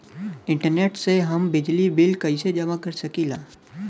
Internet से हम बिजली बिल कइसे जमा कर सकी ला?